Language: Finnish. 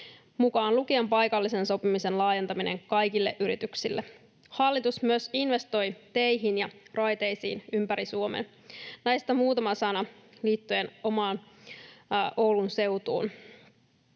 mukaan lukien paikallisen sopimisen laajentaminen kaikille yrityksille. Hallitus myös investoi teihin ja raiteisiin ympäri Suomen. Näistä muutama sana liittyen omaan, Oulun seutuun: